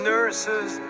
Nurses